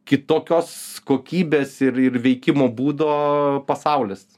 kitokios kokybės ir ir veikimo būdo pasaulis